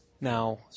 Now